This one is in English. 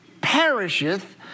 perisheth